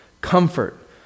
comfort